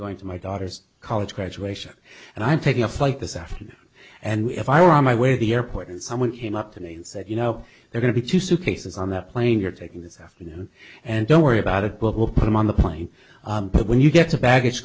going to my daughter's college graduation and i'm taking a flight this afternoon and if i were on my way or the airport and someone came up to me and said you know they're going to two suitcases on that plane you're taking this afternoon and don't worry about it but we'll put them on the plane but when you get to baggage